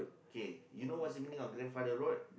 K you know what's the meaning of grandfather road